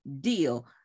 deal